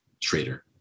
Trader